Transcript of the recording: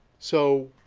so